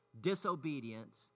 disobedience